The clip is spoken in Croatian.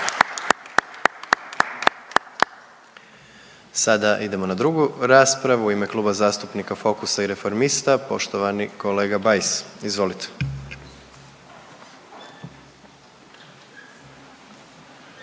Sada idemo na drugu raspravu u ime Kluba zastupnika Fokusa i Reformista poštovani kolega Bajs, izvolite.